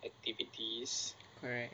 correct